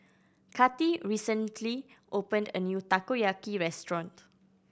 Kati recently opened a new Takoyaki restaurant